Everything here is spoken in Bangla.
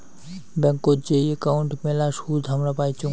ব্যাংকোত যেই একাউন্ট মেলা সুদ হামরা পাইচুঙ